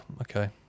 okay